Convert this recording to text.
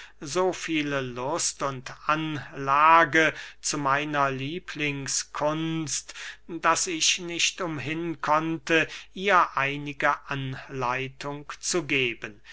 so viele lust und anlage zu meiner lieblingskunst daß ich nicht umhin konnte ihr einige anleitung zu geben